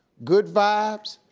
good vibes,